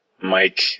Mike